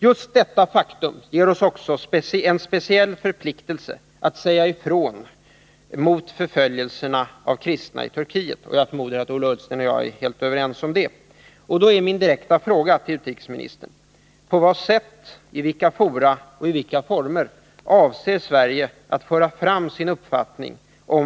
Just detta faktum ger oss också en speciell förpliktelse att säga ifrån mot förföljelserna av kristna i Turkiet. Jag förmodar att Ola Ullsten och jag är helt överens om det. Mot den bakgrunden är min direkta fråga till utrikesministern: På vad sätt, i vilka fora och i vilka former avser Sverige att föra fram sin uppfattning om